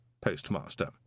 postmaster